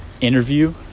interview